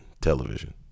television